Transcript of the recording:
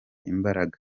imbaraga